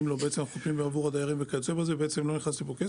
לו --- בעצם אנחנו --- עבור הדיירים שלא נכנס כסף.